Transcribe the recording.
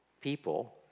people